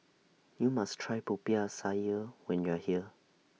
YOU must Try Popiah Sayur when YOU Are here